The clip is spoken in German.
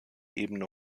ebene